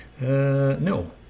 no